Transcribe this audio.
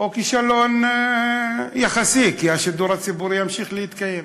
או כישלון יחסי, כי השידור הציבורי ימשיך להתקיים